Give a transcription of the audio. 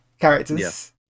characters